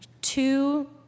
Two